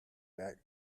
back